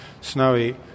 Snowy